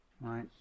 right